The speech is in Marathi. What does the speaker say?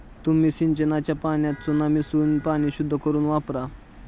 तुम्ही सिंचनाच्या पाण्यात चुना मिसळून पाणी शुद्ध करुन वापरा